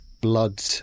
blood